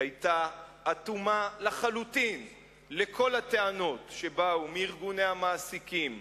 היתה אטומה לחלוטין לכל הטענות שבאו מארגוני המעסיקים,